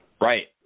right